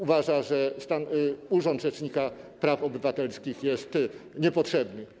uważa, że urząd rzecznika praw obywatelskich jest niepotrzebny?